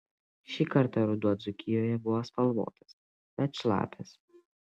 šį kartą ruduo dzūkijoje buvo spalvotas bet šlapias